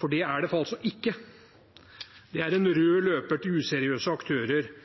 for det er det altså ikke. Det er en rød løper til useriøse aktører